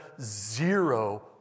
zero